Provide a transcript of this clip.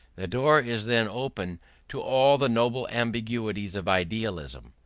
the door is then open to all the noble ambiguities of idealism.